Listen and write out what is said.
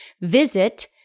Visit